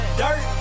dirt